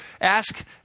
ask